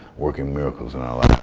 working miracles in our